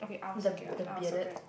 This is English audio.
the the bearded